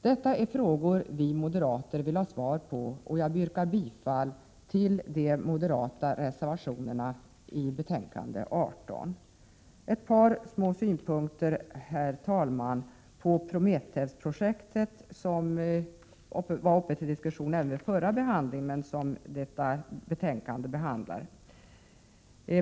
Detta är frågor som vi moderater vill ha svar på, och jag yrkar bifall till de moderata reservationerna i betänkande 18. Herr talman! Till sist ett par små synpunkter på Prometheus-projektet, som var uppe till diskussion även vid den förra behandlingen av detta ärende.